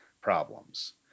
problems